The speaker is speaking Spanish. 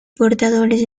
portadores